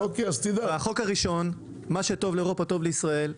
והחוק הראשון "מה שטוב לאירופה טוב לישראל"